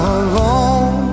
alone